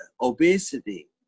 Obesity